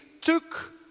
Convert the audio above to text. took